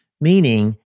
meaning